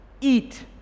eat